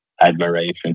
admiration